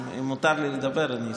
אם מותר לי לדבר, אני אשמח.